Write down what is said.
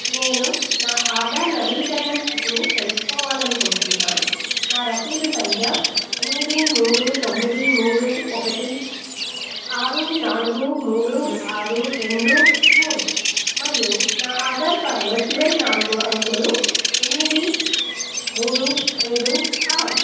నేను నా ఆధార్ నవీకరణ స్థితిని తెలుసుకోవాలి అనుకుంటున్నాను నా రసీదు సంఖ్య ఎనిమిది మూడు తొమ్మిది మూడు ఒకటి ఆరు నాలుగు మూడు ఆరు రెండు మూడు మరియు నా ఆధార్ కార్డ్లో చివరి నాలుగు అంకెలు ఎనిమిది మూడు ఏడు ఆరు